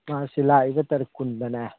ꯑ ꯁꯤ ꯂꯥꯛꯏꯕ ꯇꯥꯔꯤꯛ ꯀꯨꯟꯗꯅꯦ